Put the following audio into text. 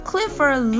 Clifford